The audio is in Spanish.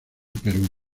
perú